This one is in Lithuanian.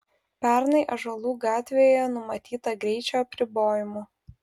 pernai ąžuolų gatvėje numatyta greičio apribojimų